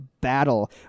battle